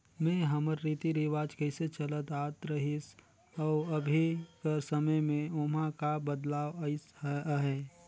में हमर रीति रिवाज कइसे चलत आत रहिस अउ अभीं कर समे में ओम्हां का बदलाव अइस अहे